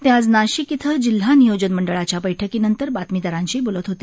ते आज नाशिक इथं जिल्हा नियोजन मंडळाच्या बैठकीनंतर बातमीदारांशी बोलत होते